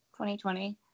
2020